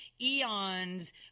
eons